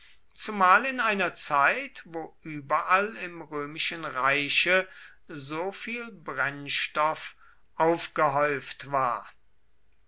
zumal in einer zeit wo überall im römischen reiche so viel brennstoff aufgehäuft war